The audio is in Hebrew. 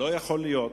לא יכול להיות